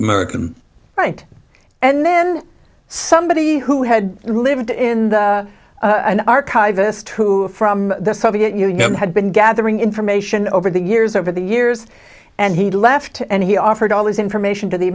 american right and then somebody who had lived in the an archivist who from the soviet union had been gathering information over the years over the years and he left and he offered all his information to the